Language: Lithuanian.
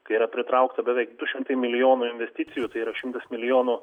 kai yra pritraukta beveik du šimtai milijonų investicijų tai yra šimtas milijonų